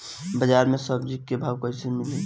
बाजार मे सब्जी क भाव कैसे मिली?